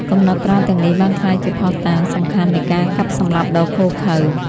កំណត់ត្រាទាំងនេះបានក្លាយជាភស្តុតាងសំខាន់នៃការកាប់សម្លាប់ដ៏ឃោរឃៅ។